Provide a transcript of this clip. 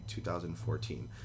2014